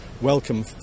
welcome